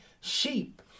sheep